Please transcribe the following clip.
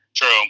True